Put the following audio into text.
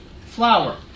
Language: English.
flour